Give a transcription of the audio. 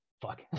fuck